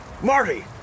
Marty